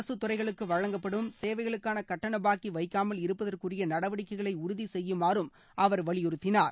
அரசுத் துறைகளுக்கு வழங்கப்படும் சேவைகளுக்கான கட்டண பாக்கி வைக்காமல் இருப்பதற்குரிய நடவடிக்கைகளை உறுதி செய்யுமாறு அவர் வலியுறுத்தினார்